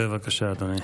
בבקשה, אדוני.